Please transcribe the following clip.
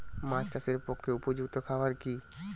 মাছ চাষের পক্ষে উপযুক্ত খাবার কি কি?